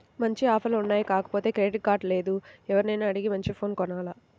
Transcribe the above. మంచి ఆఫర్లు ఉన్నాయి కాకపోతే క్రెడిట్ కార్డు లేదు, ఎవర్నైనా అడిగి మంచి ఫోను కొనాల